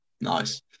Nice